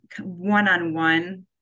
one-on-one